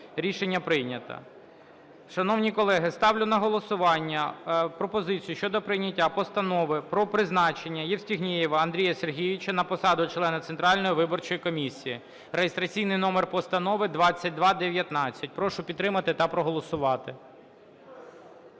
Рішення не прийнято. Шановні колеги, ставлю на голосування пропозицію щодо прийняття Постанови про призначення Євстігнєєва Андрія Сергійовича на посаду члена Центральної виборчої комісії (реєстраційний номер Постанови 2219). Прошу підтримати та проголосувати.